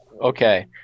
okay